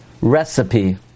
recipe